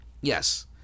Yes